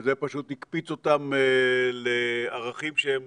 שזה פשוט הקפיץ אותם לערכים שהם